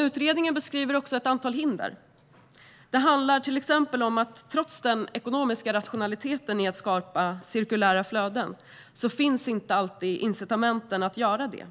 Utredningen beskriver dock även ett antal hinder. Det handlar till exempel om att det trots den ekonomiska rationaliteten i att skapa cirkulära flöden inte alltid finns incitament för att göra det,